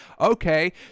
Okay